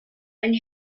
and